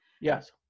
Yes